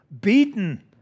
beaten